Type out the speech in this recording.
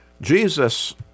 Jesus